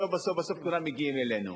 בסוף בסוף בסוף כולם מגיעים אלינו.